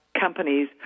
companies